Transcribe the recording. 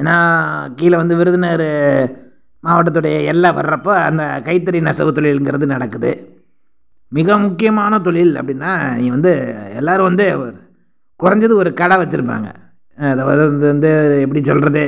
ஏன்னா கீழே வந்து விருதுநகர் மாவட்டத்துடைய எல்லை வர்றப்போ அந்த கைத்தறி நெசவு தொழில்ங்கிறது நடக்குது மிக முக்கியமான தொழில் அப்படின்னா இங்கே வந்து எல்லாரும் வந்து குறஞ்சது ஒரு கடை வச்சிருப்பாங்க அதாவது வந்து வந்து எப்படி சொல்லுறது